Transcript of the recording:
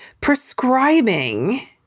prescribing